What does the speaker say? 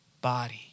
body